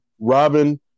Robin